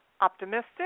optimistic